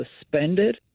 suspended